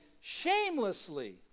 shamelessly